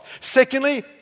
Secondly